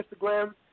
Instagram